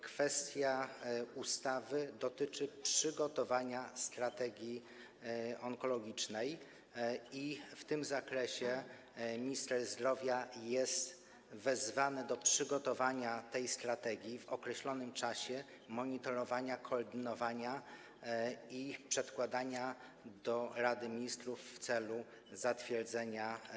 Kwestia ustawy dotyczy przygotowania strategii onkologicznej i w tym zakresie minister zdrowia jest wezwany do przygotowania tej strategii w określonym czasie, monitorowania, koordynowania i przedkładania radzie ministrów w celu jej zatwierdzenia.